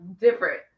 different